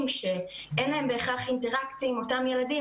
שאין להם בהכרח אינטראקציה עם אותם ילדים,